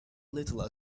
little